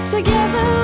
Together